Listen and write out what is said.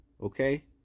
Okay